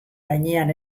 gainean